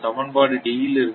சமன்பாடு D இல் இருந்து